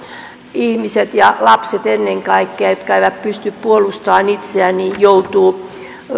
ihmiset ja ennen kaikkea lapset jotka eivät pysty puolustamaan itseään joutuvat